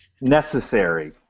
Necessary